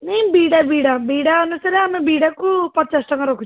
ନାଇଁ ଦୁଇଟା ବିଡ଼ା ବିଡ଼ା ଅନୁସାରେ ଆମେ ବିଡ଼ାକୁ ପଚାଶ ଟଙ୍କା ରଖୁଛୁ